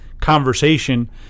conversation